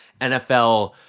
NFL